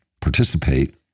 participate